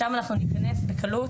שם אנחנו ניכנס בקלות,